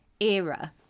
era